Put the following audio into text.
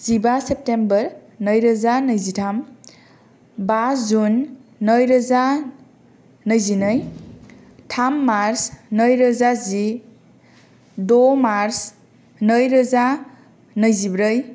जिबा सेप्टेम्बर नैरोजा नैजिथाम बा जुन नैरोजा नैजिनै थाम मार्स नैरोजा जि द' मार्स नैरोजा नैजिब्रै